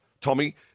Tommy